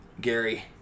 Gary